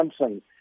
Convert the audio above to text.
Samsung